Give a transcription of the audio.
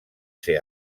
ser